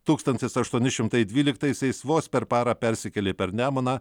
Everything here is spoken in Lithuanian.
tūkstantis aštuoni šimtai dvyliktaisiais vos per parą persikėlė per nemuną